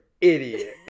idiot